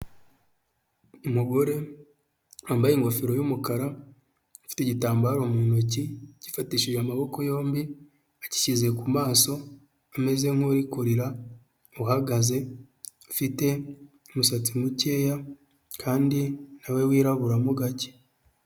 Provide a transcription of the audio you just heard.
Umugore wambaye ingofero y'umukara ufite igitambaro mu ntoki agifatishije amaboko yombi agishyize ku maso, ameze nk'uri kurira uhagaze ufite umusatsi mukeya kandi nawe wiraburamo gake.